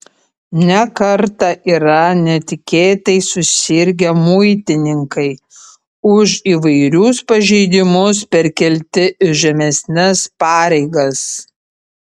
ne kartą yra netikėtai susirgę muitininkai už įvairius pažeidimus perkelti į žemesnes pareigas